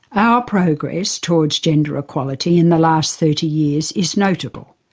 our progress towards gender equality in the last thirty years is notable.